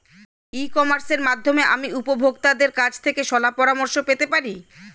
ই কমার্সের মাধ্যমে আমি উপভোগতাদের কাছ থেকে শলাপরামর্শ পেতে পারি?